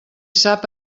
sap